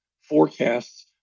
forecasts